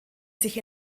sich